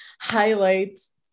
highlights